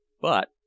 But